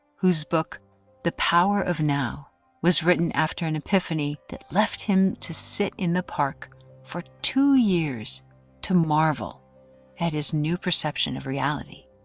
whose book the power of now was written after an epiphany that left him to sit in the park for two years to marvel at his new perception of reality.